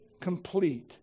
complete